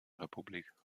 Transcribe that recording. republik